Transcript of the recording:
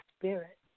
spirit